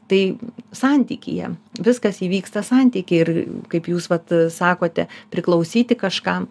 tai santykyje viskas įvyksta santyky ir kaip jūs vat sakote priklausyti kažkam